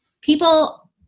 people